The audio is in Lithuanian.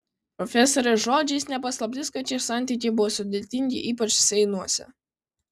profesorės žodžiais ne paslaptis kad šie santykiai buvo sudėtingi ypač seinuose